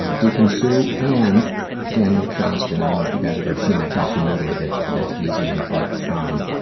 ah deqn sue and daniel johnston. i don't know if you guys have ever seen that documentary that, that he's in. but, ah,